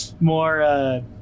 more